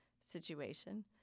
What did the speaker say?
situation